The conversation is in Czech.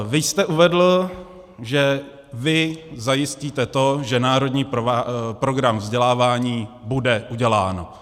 Vy jste uvedl, že vy zajistíte to, že národní program vzdělávání bude udělán.